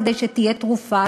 כדי שתהיה תרופה,